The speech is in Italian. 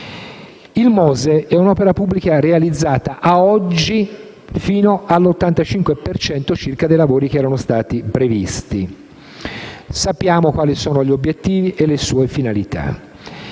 il MOSE è un'opera pubblica realizzata, ad oggi, fino all'85 per cento circa dei lavori che erano stati previsti. Sappiamo quali sono gli obiettivi e le finalità.